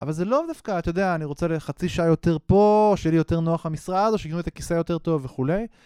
אבל זה לא דווקא, אתה יודע, אני רוצה לחצי שעה יותר פה, שיהיה לי יותר נוח המשרה הזו, שיתנו לי את הכיסא היותר טוב וכולי.